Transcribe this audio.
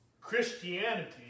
Christianity